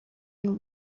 and